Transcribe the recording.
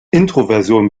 introversion